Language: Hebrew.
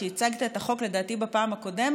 לדעתי כשהצגת את החוק בפעם הקודמת?